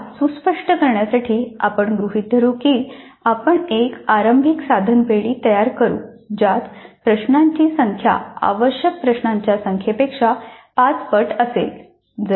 चर्चा सुस्पष्ट करण्यासाठी आपण गृहित धरू की आपण एक आरंभिक साधन पेढी तयार करू ज्यात प्रश्नांची संख्या आवश्यक प्रश्नांच्या संख्येपेक्षा पाच पट असेल